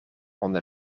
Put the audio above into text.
onder